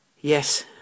Yes